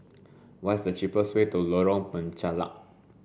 what is the cheapest way to Lorong Penchalak